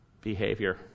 behavior